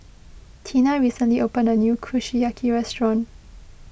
Tina recently opened a new Kushiyaki restaurant